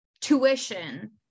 tuition